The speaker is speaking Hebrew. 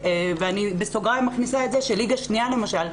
בסוגריים אני מכניסה שליגה שנייה למשל,